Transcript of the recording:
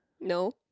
No